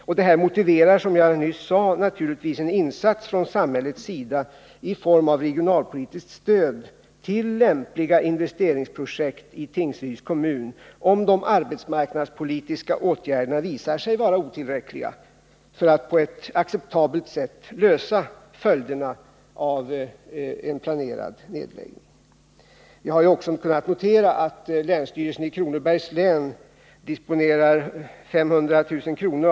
Om de arbetsmarknadspolitiska åtgärderna visar sig vara otillräckliga för att på ett acceptabelt sätt lösa följderna av en planerad nedläggning motiverar det naturligtvis, som jag nyss sade, en insats från samhällets sida i form av regionalpolitiskt stöd till lämpliga investeringsprojekt i Tingsryds kommun. Jag har också kunnat notera att länsstyrelsen i Kronobergs län disponerar 500 000 kr.